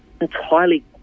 entirely